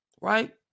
Right